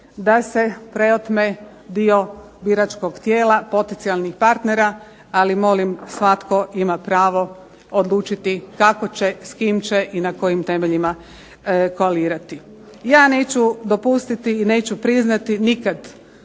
da se preotme dio biračkog tijela potencijalnih partnera, ali molim svatko ima pravo odlučiti kako će, s kim će i na kojim temeljima koalirati. Ja neću dopustiti i neću priznati nikad